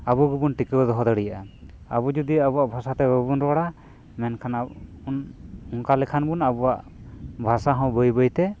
ᱟᱵᱚ ᱜᱮᱵᱚᱱ ᱴᱤᱠᱟᱹᱣ ᱫᱚᱦᱚ ᱫᱟᱲᱮᱭᱟᱜᱼᱟ ᱟᱵᱚ ᱡᱩᱫᱤ ᱟᱵᱚᱣᱟᱜ ᱵᱷᱟᱥᱟ ᱛᱮ ᱵᱟᱵᱚᱱ ᱨᱚᱲᱟ ᱢᱮᱱᱠᱷᱟᱱ ᱟᱵᱚᱵᱚᱱ ᱱᱚᱝᱠᱟ ᱞᱮᱠᱷᱟᱱ ᱵᱚᱱ ᱟᱵᱚᱣᱟᱜ ᱵᱷᱟᱥᱟ ᱦᱚᱸ ᱵᱟᱹᱭ ᱵᱟᱹᱭᱛᱮ